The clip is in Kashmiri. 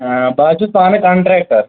بہٕ حظ چھُس پانہٕ کَنٛٹرٛیکٹر